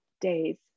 days